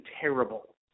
terrible